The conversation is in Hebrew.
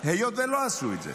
היות שלא עשו את זה